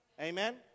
Amen